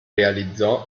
realizzò